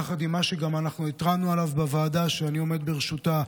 יחד עם מה שאנחנו התרענו עליו בוועדה שאני עומד בראשה,